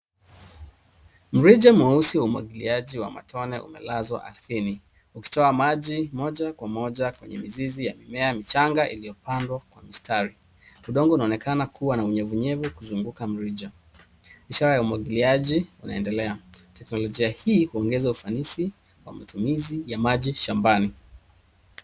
Mrija mweusi wa umwagiliaji wa matone umelazwa ardhini, ukitoa maji moja kwa moja kwenye mzizi ya mimea michanga iliyopandwa kwa mistari. Udongo unaonekana kuwa na unyevunyevu kuzunguka mrija, ishara ya umwagiliaji unaendelea. Teknolojia hii huongeza ufanisi wa matumizi ya maji shambani.